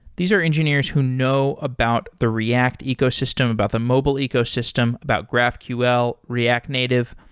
these are engineers who know about the react ecosystem, about the mobile ecosystem, about graphql, react native.